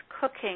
cooking